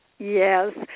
Yes